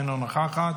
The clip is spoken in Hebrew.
אינה נוכחת,